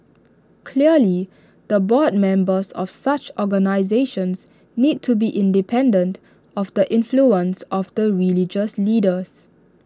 clearly the board members of such organisations need to be independent of the influence of the religious leaders